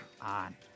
on